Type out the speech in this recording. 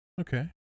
Okay